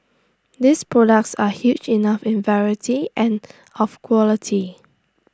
these products are huge enough in variety and of quality